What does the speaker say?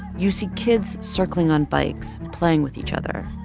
you see kids circling on bikes playing with each other.